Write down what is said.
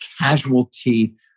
casualty